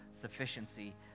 sufficiency